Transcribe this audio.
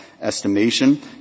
Estimation